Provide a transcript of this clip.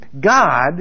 God